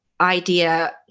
idea